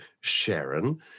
Sharon